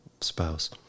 spouse